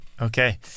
Okay